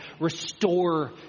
restore